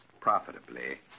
profitably